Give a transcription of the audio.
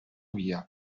via